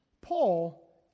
Paul